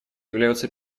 являются